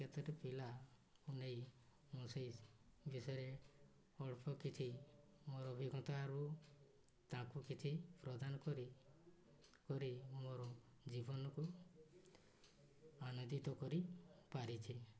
କେତୋଟି ପିଲା କୁ ନେଇ ମୁଁ ସେଇ ବିଷୟରେ ଅଳ୍ପ କିଛି ମୋର ଅଭିଜ୍ଞତାରୁ ତାକୁ କିଛି ପ୍ରଦାନ କରି କରି ମୋର ଜୀବନକୁ ଆନନ୍ଦିତ କରିପାରିଛି